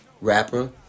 rapper